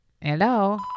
Hello